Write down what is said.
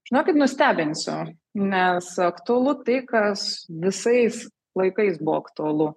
žinokit nustebinsiu nes aktualu tai kas visais laikais buvo aktualu